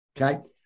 Okay